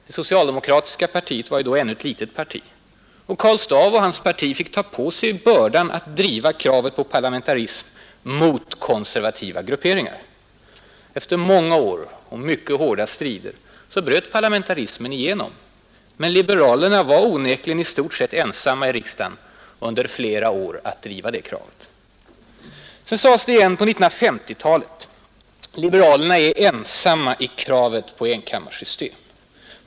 Det socialdemokratiska partiet var då ännu ett litet parti, och Karl Staaff och hans parti fick ta på sig bördan att driva kravet på parlamentarism mot konservativa grupperingar. Efter många år och hårda strider bröt parlamentarismen igenom. Men liberalerna var onekligen i stort sett ensamma i riksdagen ett tag att driva kravet. Det sades återigen på 1950-talet att liberalerna är ensamma i kravet på enkammarsystem.